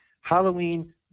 halloween